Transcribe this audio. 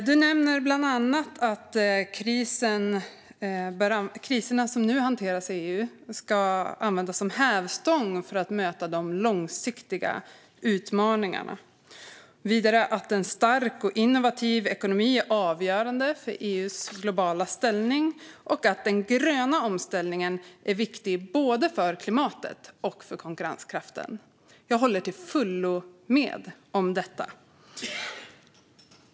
Hon nämner bland annat att kriserna som nu hanteras i EU ska användas som hävstång för att möta de långsiktiga utmaningarna, att "en stark och innovativ ekonomi är avgörande för EU:s globala ställning" och att "den gröna omställningen är viktig för både klimatet och konkurrenskraften". Jag håller till fullo med om detta.